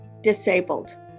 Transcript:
disabled